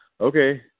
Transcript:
Okay